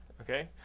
Okay